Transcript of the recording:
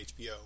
HBO